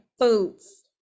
foods